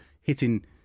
hitting